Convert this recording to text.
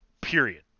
period